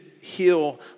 heal